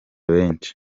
benshi